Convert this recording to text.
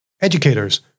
educators